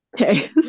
okay